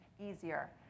easier